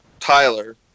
Tyler